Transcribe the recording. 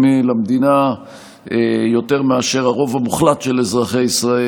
למדינה יותר מאשר הרוב המוחלט של אזרחי ישראל.